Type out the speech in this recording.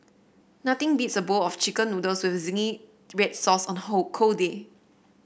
nothing beats a bowl of chicken noodles with zingy red sauce on hold cold day